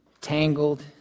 tangled